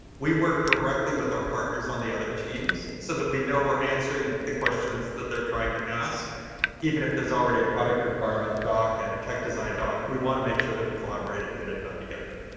we work directly with our partners on the other teams so that we know we're answering the questions that they're trying to ask even if there is already a product requirement doc and a tech design doc. we want to make sure that we collaborated and get it done together.